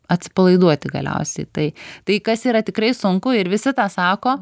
atsipalaiduoti galiausiai tai tai kas yra tikrai sunku ir visi tą sako